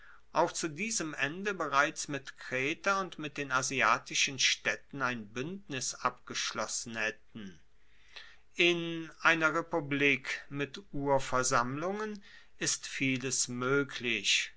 auch zu diesem ende bereits mit kreta und mit den asiatischen staedten ein buendnis abgeschlossen haetten in einer republik mit urversammlungen ist vieles moeglich